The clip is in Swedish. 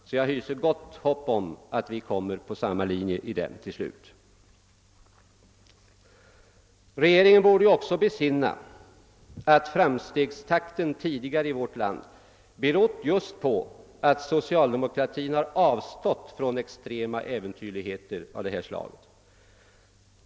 Jag hyser därför gott hopp om att vi till slut kommer att följa samma linje i denna fråga. Regeringen borde också besinna att framstegstakten tidigare i vårt land berott just på att socialdemokraterna avstått från äventyrligheter av detta extrema slag.